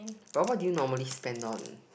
barbeque normally spend lot